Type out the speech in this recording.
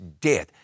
death